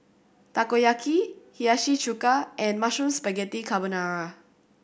Takoyaki Hiyashi Chuka and Mushroom Spaghetti Carbonara